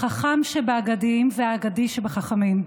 החכם שבאגדיים והאגדי שבחכמים.